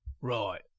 Right